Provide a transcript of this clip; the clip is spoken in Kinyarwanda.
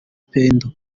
pendo